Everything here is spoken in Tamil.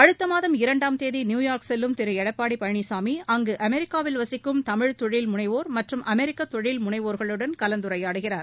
அடுத்த மாதம் இரண்டாம் தேதி நியுயார்க் செல்லும் திரு எடப்பாடி பழனிசாமி அங்கு அமெரிக்காவில் வசிக்கும் தமிழ் தொழில்முனைவோர் மற்றும் அமெரிக்க தொழில் முனைவோர்களுடன் கலந்துரையாடுகிறார்